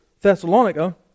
Thessalonica